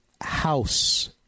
House